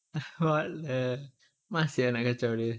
uh what the malas sia nak kacau dia